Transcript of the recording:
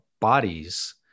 bodies